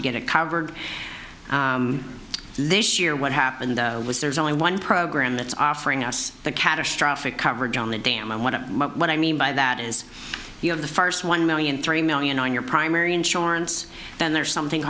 to get it covered this year what happened was there's only one program that's offering us the catastrophic coverage on the dam i want to know what i mean by that is you have the first one million three million on your primary insurance then there's something